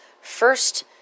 First